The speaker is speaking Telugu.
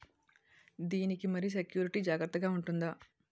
దీని కి మరి సెక్యూరిటీ జాగ్రత్తగా ఉంటుందా?